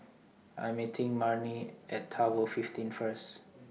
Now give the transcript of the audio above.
I Am meeting Marnie At Tower fifteen First